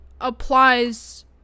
applies